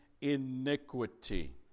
iniquity